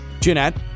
Jeanette